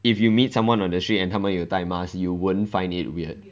if you meet someone on the street and 他们有戴 mask you won't find it weird